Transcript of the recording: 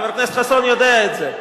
חבר הכנסת חסון יודע את זה.